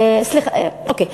אוקיי.